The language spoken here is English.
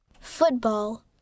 Football